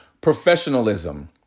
Professionalism